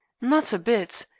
not a bit.